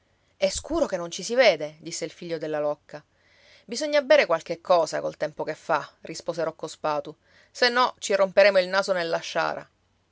è scuro che non ci si vede disse il figlio della locca bisogna bere qualche cosa col tempo che fa rispose rocco spatu se no ci romperemo il naso nella sciara